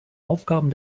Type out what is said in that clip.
aufgaben